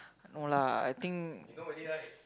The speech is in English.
no lah I think